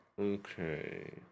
Okay